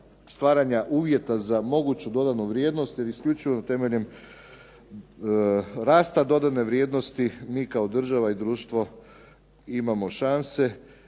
stvaranja uvjeta za moguću dodanu vrijednost, jer isključivo temeljem rasta dodane vrijednosti mi kao država i društvo imamo šanse